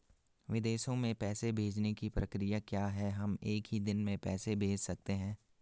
विदेशों में पैसे भेजने की प्रक्रिया क्या है हम एक ही दिन में पैसे भेज सकते हैं?